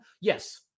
Yes